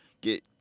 get